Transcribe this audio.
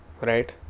right